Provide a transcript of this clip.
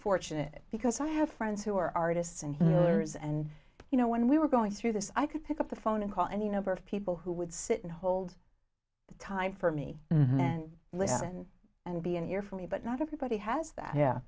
fortunate because i have friends who are artists and hers and you know when we were going through this i could pick up the phone and call any number of people who would sit and hold time for me and listen and be an ear for me but not everybody has that